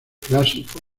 clásico